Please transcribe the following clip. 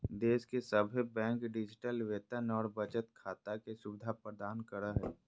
देश के सभे बैंक डिजिटल वेतन और बचत खाता के सुविधा प्रदान करो हय